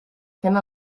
fent